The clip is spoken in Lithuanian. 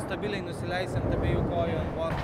stabiliai nusileisi ant abiejų kojų ant borto